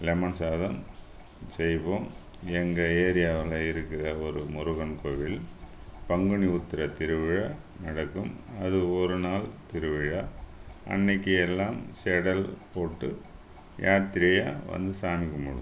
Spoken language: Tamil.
லெமன் சாதம் செய்வோம் எங்கள் ஏரியாவில் இருக்கிற ஒரு முருகன் கோவில் பங்குனி உத்திர திருவிழா நடக்கும் அது ஒரு நாள் திருவிழா அன்னைக்கி எல்லாம் செடல் போட்டு யாத்திரையாக வந்து சாமி கும்பிடுவோம்